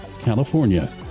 California